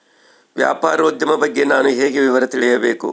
ವ್ಯಾಪಾರೋದ್ಯಮ ಬಗ್ಗೆ ನಾನು ಹೇಗೆ ವಿವರ ತಿಳಿಯಬೇಕು?